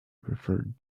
referred